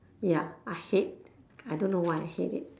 ya I hate I don't know why I hate it